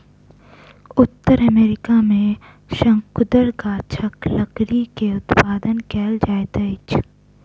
उत्तर अमेरिका में शंकुधर गाछक लकड़ी के उत्पादन कायल जाइत अछि